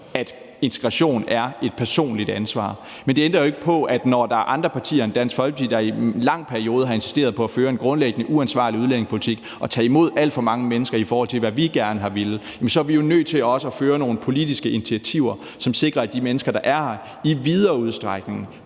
at integration er et personligt ansvar. Men det ændrer ikke på, at når der er andre partier end Dansk Folkeparti, der er i en lang periode har insisteret på at føre en grundlæggende uansvarlig udlændingepolitik og taget imod alt for mange mennesker, i forhold til hvad vi gerne har villet, så er vi nødt til også at tage nogle politiske initiativer, som sikrer, at de mennesker, der er her, i videre udstrækning